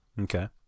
Okay